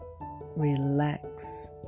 relax